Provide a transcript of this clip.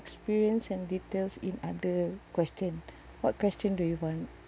experience and details in other question what question do you want